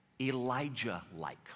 Elijah-like